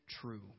true